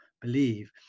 believe